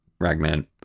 Ragman